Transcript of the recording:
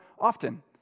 often